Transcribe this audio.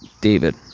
David